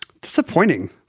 Disappointing